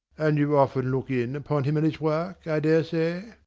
and you often look in upon him at his work, i daresay?